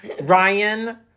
Ryan